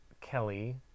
Kelly